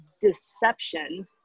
deception